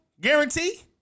guarantee